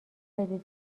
بدید